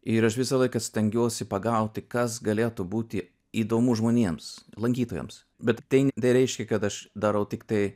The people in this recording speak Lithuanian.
ir aš visą laiką stengiuosi pagauti kas galėtų būti įdomu žmonėms lankytojams bet tai nereiškia kad aš darau tiktai